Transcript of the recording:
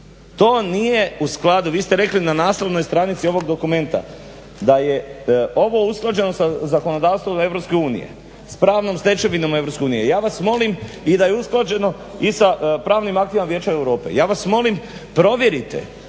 To nije u skladu, vi ste rekli na naslovnoj stranici ovog dokumenta da je ovo usklađeno sa zakonodavstvom EU, s pravnom stečevinom EU, ja vas molim da je i usklađeno i sa pravnim aktima Vijeća Europe. Ja vas molim provjerite